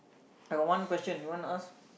I got one question you want to ask